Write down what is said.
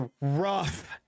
rough